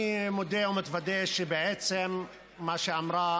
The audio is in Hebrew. אני מודה ומתוודה שבעצם מה שאמרה